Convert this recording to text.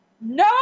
No